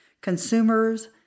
consumers